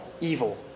evil